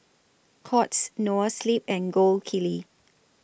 Courts Noa Sleep and Gold Kili